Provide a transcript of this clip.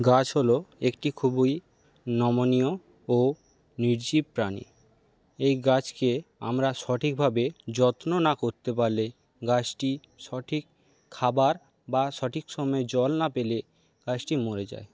গাছ হল একটি খুবই নমনীয় ও নির্জীব প্রাণী এই গাছকে আমরা সঠিকভাবে যত্ন না করতে পারলে গাছটি সঠিক খাবার বা সঠিক সময়ে জল না পেলে গাছটি মরে যায়